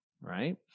right